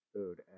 Food